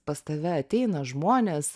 pas tave ateina žmonės